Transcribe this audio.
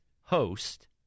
host